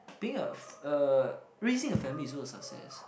being a a raising a family is also a success